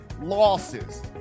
losses